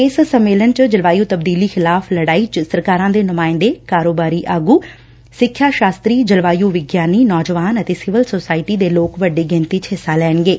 ਇਸ ਸੰਮੇਲਨ ਚ ਜਲਵਾਯੁ ਤਬਦੀਲੀ ਖਿਲਾਫ਼ ਲੜਾਈ ਵਿਚ ਸਰਕਾਰਾਂ ਦੇ ਨੁਮਾਂਇਦੇ ਕਾਰੋਬਾਰੀ ਆਗ ਸਿੱਖਿਆ ਸਾਸ਼ਤਰੀ ਜਲਵਾਯੁ ਵਿਗਿਆਨੀ ਨੌਜਵਾਨ ਅਤੇ ਸਿਵਲ ਸੋਸਾਇਟੀ ਦੇ ਲੋਕ ਵੱਡੀ ਗਿਣਤੀ ਚ ਹਿੱਸਾ ਲੈਣਗੇ